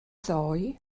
ddoe